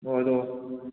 ꯑꯣ ꯑꯗꯣ